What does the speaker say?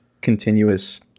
continuous